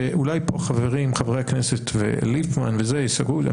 ואולי פה חברי הכנסת וליפמן ואחרים יספרו לי,